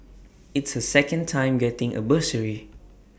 it's her second time getting A bursary